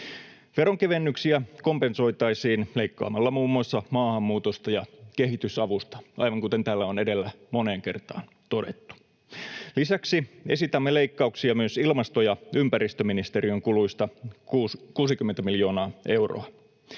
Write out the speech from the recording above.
Veronkevennyksiä kompensoitaisiin leikkaamalla muun muassa maahanmuutosta ja kehitysavusta, aivan kuten täällä on edellä moneen kertaan todettu. Lisäksi esitämme leikkauksia ilmasto‑ ja ympäristöministeriön kuluista 60 miljoonaa euroa.